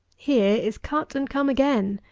here is cut and come again.